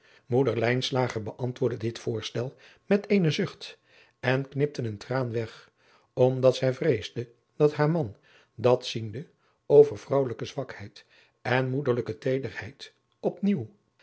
lijnslager beantwoordde dit voorstel met eenen zucht en knipte een traan weg omdat zij vreesde dat haar man dat ziende over vrouwelijke zwakheid en moederlijke teederheid op